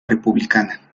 republicana